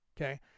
okay